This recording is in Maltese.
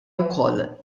wkoll